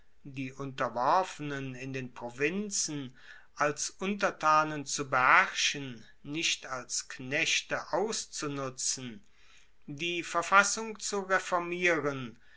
die unterworfenen in den provinzen als untertanen zu beherrschen nicht als knechte auszunutzen die verfassung zu reformieren